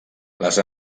les